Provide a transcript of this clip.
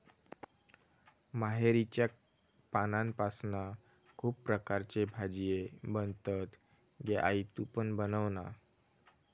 मोहरीच्या पानांपासना खुप प्रकारचे भाजीये बनतत गे आई तु पण बनवना